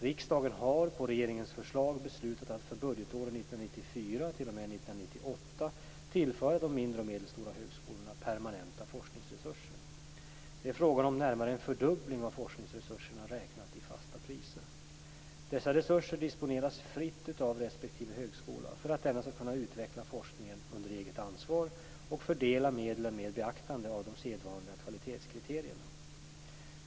Riksdagen har, på regeringens förslag, beslutat att för budgetåren 1994 t.o.m. 1998 tillföra de mindre och medelstora högskolorna permanenta forskningsresurser. Det är fråga om närmare en fördubbling av forskningsresurserna räknat i fasta priser. Dessa resurser disponeras fritt av respektive högskola för att denna skall kunna utveckla forskningen under eget ansvar och fördela medlen med beaktande av de sedvanliga kvalitetskriterierna.